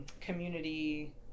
community